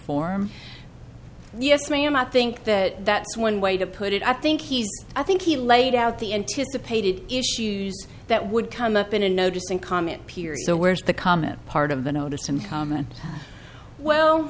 form yes ma'am i think that that's one way to put it i think he's i think he laid out the anticipated issues that would come up in a notice and comment period so where's the comment part of the notice and comment well